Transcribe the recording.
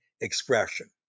expression